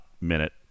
minute